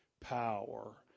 power